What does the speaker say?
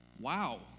wow